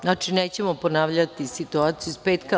Znači, nećemo ponavljati situaciju iz petka.